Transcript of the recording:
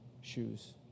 shoes